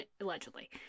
Allegedly